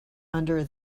under